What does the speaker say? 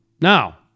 now